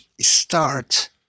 start